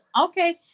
Okay